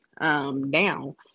now